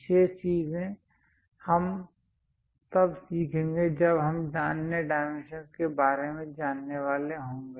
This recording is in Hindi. शेष चीजें हम तब सीखेंगे जब हम अन्य डाइमेंशंस के बारे में जानने वाले होंगे